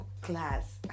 class